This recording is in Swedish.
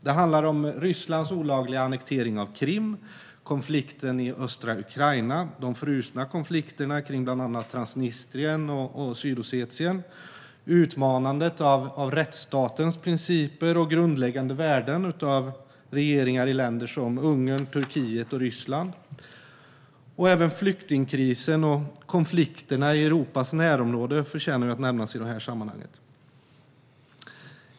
Det handlar om Rysslands olagliga annektering av Krim, konflikten i östra Ukraina, de frusna konflikterna kring bland annat Transnistrien och Sydossetien samt utmanandet av rättsstatens principer och grundläggande värden av regeringar i länder som Ungern, Turkiet och Ryssland. Även flyktingkrisen och konflikterna i Europas närområde förtjänar att nämnas i dessa sammanhang.